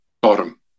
bottom